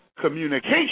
communication